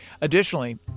Additionally